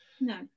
no